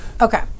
Okay